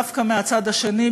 דווקא מהצד השני,